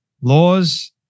laws